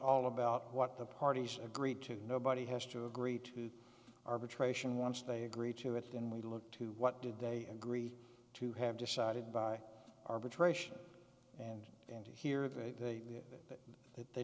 all about what the parties agreed to nobody has to agree to arbitration once they agree to it then we look to what did they agree to have decided by arbitration and then to hear of it the that they